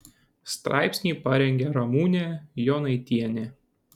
straipsnį parengė ramūnė jonaitienė